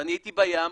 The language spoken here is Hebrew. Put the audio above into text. ואני הייתי ביום,